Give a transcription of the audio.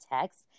text